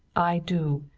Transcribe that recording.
i do.